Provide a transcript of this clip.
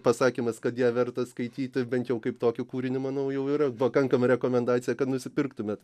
pasakymas kad ją verta skaityti bent jau kaip tokį kūrinį manau jau yra pakankama rekomendacija kad nusipirktumėt